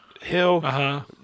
hill